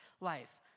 life